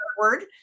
word